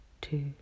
two